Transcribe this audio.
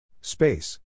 Space